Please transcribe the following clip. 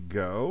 go